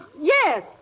Yes